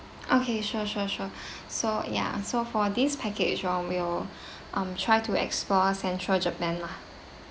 okay sure sure sure so ya so for this package um will um try to explore central japan lah